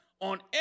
on